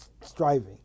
striving